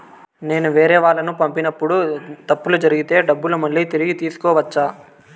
నేను వేరేవాళ్లకు పంపినప్పుడు తప్పులు జరిగితే డబ్బులు మళ్ళీ తిరిగి తీసుకోవచ్చా?